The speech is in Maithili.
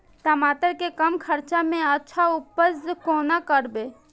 टमाटर के कम खर्चा में अच्छा उपज कोना करबे?